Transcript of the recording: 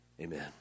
Amen